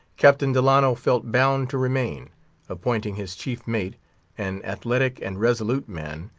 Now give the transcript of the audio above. captain delano felt bound to remain appointing his chief mate an athletic and resolute man,